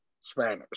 Spanish